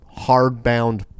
hardbound